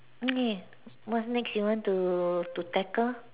okay what's next you want to to tackle